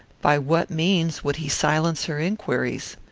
by what means would he silence her inquiries?